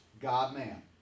God-man